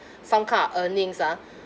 some kind of earnings ah